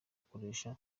akoresha